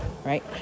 right